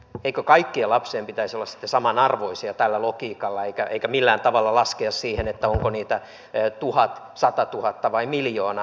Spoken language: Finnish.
eikö kaikkien lapsien pitäisi olla sitten samanarvoisia tällä logiikalla eikä millään tavalla laskea onko niitä tuhat satatuhatta vai miljoona